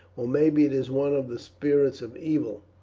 or maybe it is one of the spirits of evil.